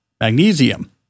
magnesium